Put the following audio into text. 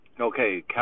Okay